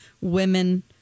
women